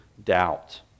doubt